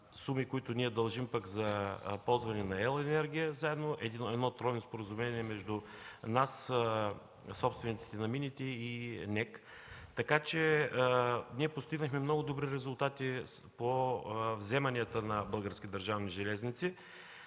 които ние дължим за ползване на електроенергия – едно тройно споразумение между нас, собствениците на мините и НЕК. Така че ние постигнахме много добри резултати по вземанията на Български държавни железници.